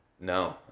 No